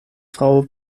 frau